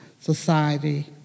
society